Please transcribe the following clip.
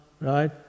right